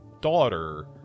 daughter